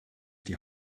die